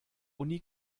uni